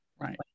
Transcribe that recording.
Right